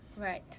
right